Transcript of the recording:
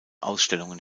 ausstellungen